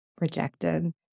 rejected